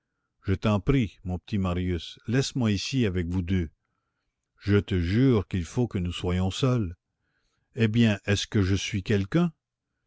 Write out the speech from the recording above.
je t'en prie mon petit marius laisse-moi ici avec vous deux je te jure qu'il faut que nous soyons seuls eh bien est-ce que je suis quelqu'un